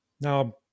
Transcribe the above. Now